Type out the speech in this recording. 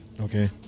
Okay